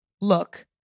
look